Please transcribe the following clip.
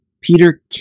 Peter